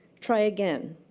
try again.